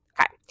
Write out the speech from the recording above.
Okay